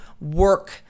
work